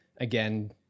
again